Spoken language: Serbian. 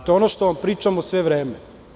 To je ono što vam pričamo sve vreme.